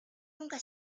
nunca